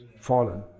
fallen